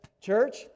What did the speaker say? Church